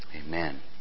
amen